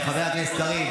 חבר הכנסת קריב,